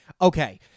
Okay